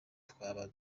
twaba